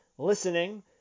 listening